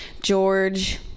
George